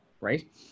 right